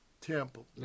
Temple